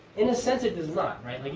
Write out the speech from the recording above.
in a sense it does not, right?